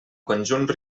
conjunt